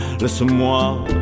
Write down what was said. Laisse-moi